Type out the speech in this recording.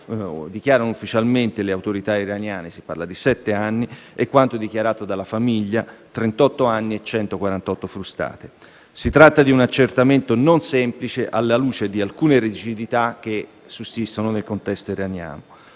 dichiarano ufficialmente le autorità iraniane (sette anni) e quanto dichiarato dalla famiglia (38 anni e 148 frustate). Si tratta di un accertamento non semplice, alla luce di alcune rigidità che sussistono nel contesto iraniano.